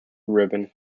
ribbon